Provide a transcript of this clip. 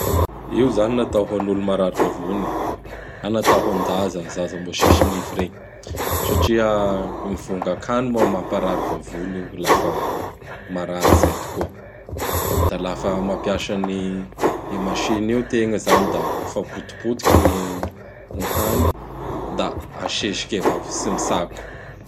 Io izany natao ho an'olo marary vavony na natao ho an-jaza, zaza mbô tsy misy nify regny satria gny vongan-kany moa mamparary vavony io laha fa marary izay tokoa. Da laha fa mampiasa an' gny machine io tegna izany da fa potipotiky gny hany; da asesiky avao tsy mitsako.